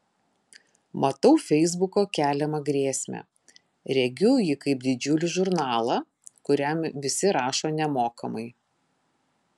matau feisbuko keliamą grėsmę regiu jį kaip didžiulį žurnalą kuriam visi rašo nemokamai